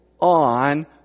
on